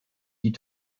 die